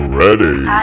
ready